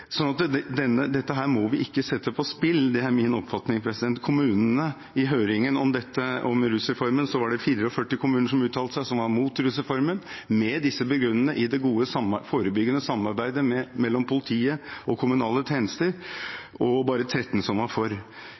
Dette må vi ikke sette på spill, det er min oppfatning. I høringen om rusreformen var det 44 kommuner som uttalte seg som var imot rusreformen, med disse begrunnelsene og det gode forebyggende samarbeidet mellom politiet og kommunale tjenester, og bare 13 som var for.